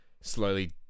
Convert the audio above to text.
slowly